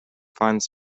finds